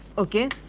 ok,